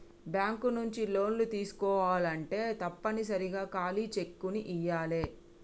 bank నుంచి లోన్లు తీసుకోవాలంటే తప్పనిసరిగా ఖాళీ చెక్కుని ఇయ్యాలే